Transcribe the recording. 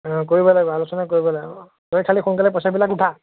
অঁ কৰিব লাগিব আলোচনা কৰিব লাগিব তই খালী সোনকালে পইচাবিলাক উঠা